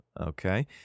Okay